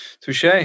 Touche